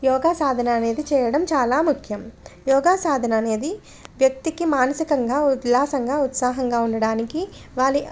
యోగ సాధన అనేది చెయ్యడం చాలా ముఖ్యం యోగ సాధన అనేది వ్యక్తికి మానసికంగా ఉల్లాసంగా ఉత్సాహంగా ఉండడానికి వారి